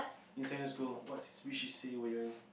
in secondary school what which C_C_A were you all in